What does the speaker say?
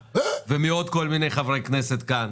-- ומעוד על מיני חברי כנסת כאן